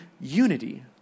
unity